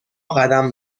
قدم